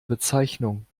bezeichnung